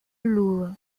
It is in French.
loue